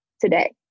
today